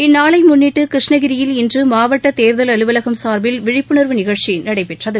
இந்நாளை முன்னிட்டு கிருஷ்ணகிரியில் இன்று மாவட்ட தேர்தல் அலுவலகம் சார்பில் விழிப்புண்வு நிகழ்ச்சி நடைபெற்றது